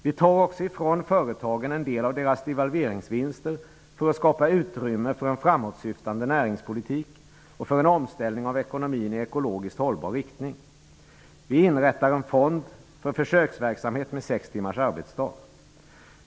Vi tar också ifrån företagen en del av deras devalveringsvinster för att skapa utrymme för en framåtsyftande näringspolitik och för en omställning av ekonomin i ekologiskt hållbar riktning. Vi inrättar en fond för försöksverksamhet med sex timmars arbetsdag.